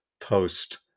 post